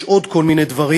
יש עוד כל מיני דברים.